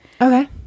Okay